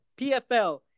PFL